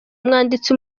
umwanditsi